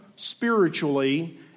spiritually